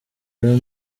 rero